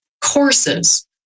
courses